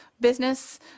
business